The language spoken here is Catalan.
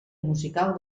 musical